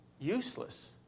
useless